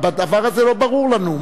הדבר הזה לא ברור לנו,